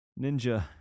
Ninja